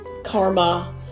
karma